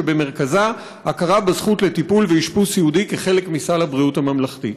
שבמרכזה הכרה בזכות לטיפול ואשפוז סיעודי כחלק מסל הבריאות הממלכתי.